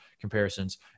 comparisons